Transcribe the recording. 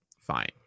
fine